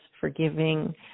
forgiving